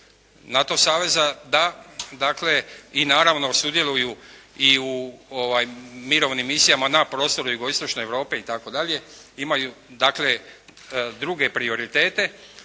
NATO saveza da dakle, i naravno sudjeluju u mirovnim misijama na prostoru jugoistočne Europe itd., imaju dakle, druge prioritete.